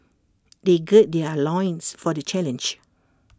they gird their loins for the challenge